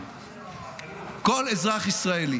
כל אזרח ישראלי